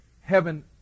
heaven